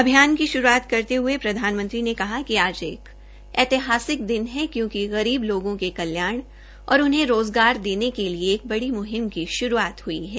अभियान की शुरूआत करते हुए प्रधानमंत्री ने कहा कि आज एक ऐतिहासिक दिन है क्योंकि गरीब लोगों के कल्याण और उन्हें रोजगार देने के लिए एक बड़ी मुहिम की शुरूआत हई है